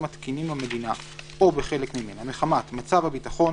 התקינים במדינה או בחלק ממנה מחמת מצב הביטחון,